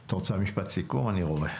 את רוצה משפט סיכום, אני רואה.